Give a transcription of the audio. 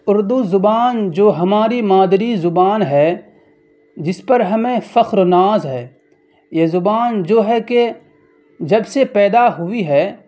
اردو زبان جو ہماری مادری زبان ہے جس پر ہمیں فخر ناز ہے یہ زبان جو ہے کہ جب سے پیدا ہوئی ہے